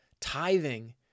Tithing